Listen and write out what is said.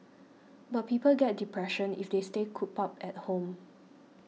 but people get depression if they stay cooped up at home